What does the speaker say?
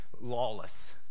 lawless